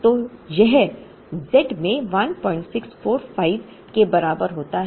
तो यह z में 1645 के बराबर होता है